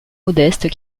modestes